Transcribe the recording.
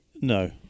No